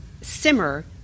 simmer